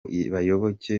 bayoboke